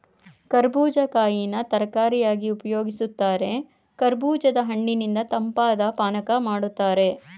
ಕರ್ಬೂಜ ಕಾಯಿನ ತರಕಾರಿಯಾಗಿ ಉಪಯೋಗಿಸ್ತಾರೆ ಕರ್ಬೂಜದ ಹಣ್ಣಿನಿಂದ ತಂಪಾದ್ ಪಾನಕ ಮಾಡ್ತಾರೆ